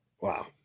Wow